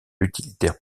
utilitaires